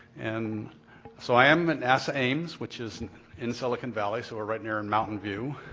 and so i am at nasa ames which is in silicon valley, so we're right near in mountain view